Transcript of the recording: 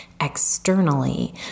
externally